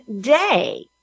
day